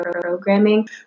programming